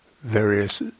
various